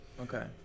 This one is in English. Okay